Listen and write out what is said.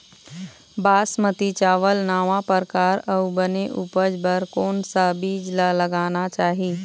बासमती चावल नावा परकार अऊ बने उपज बर कोन सा बीज ला लगाना चाही?